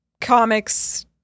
comics